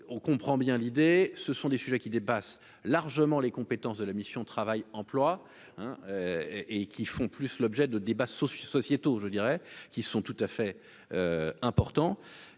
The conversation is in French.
on comprend bien l'idée, ce sont des sujets qui dépassent largement les compétences de la mission Travail emploi hein et et qui font plus l'objet de débats sociaux, sociétaux, je dirais, qui sont tout à fait important,